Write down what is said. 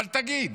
אבל תגיד,